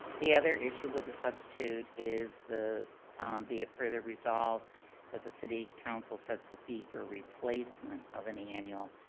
the other issue with the substitute is the be it further resolved that the city council sets the fee for replacement of an annual.